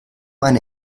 eine